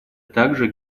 также